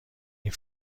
این